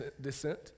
descent